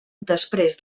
després